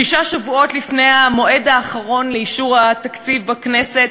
שישה שבועות לפני המועד האחרון לאישור התקציב בכנסת,